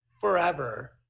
forever